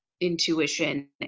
intuition